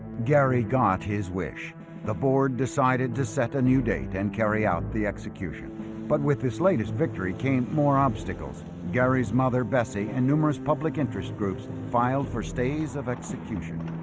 gary got his wish the board decided to set a new date and carry out the execution but with this latest victory came more obstacles gary's mother bessie and numerous public interest groups filed for stays of execution